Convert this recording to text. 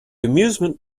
amusement